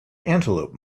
antelope